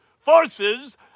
forces